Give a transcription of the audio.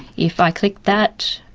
if i click that,